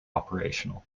operational